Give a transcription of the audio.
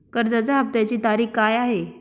कर्जाचा हफ्त्याची तारीख काय आहे?